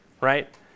right